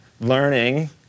learning